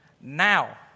now